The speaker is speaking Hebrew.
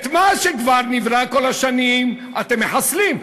את מה שכבר נברא כל השנים אתם מחסלים,